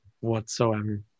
whatsoever